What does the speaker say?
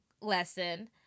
lesson